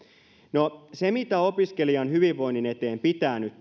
no se mitä opiskelijan hyvinvoinnin eteen pitää nyt